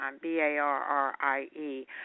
B-A-R-R-I-E